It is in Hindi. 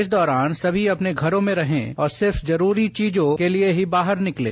इस दौरान सभी अपनों घरों में रहें और सिर्फ जरूरी चीजों के लिये ही बाहर निकलें